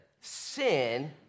Sin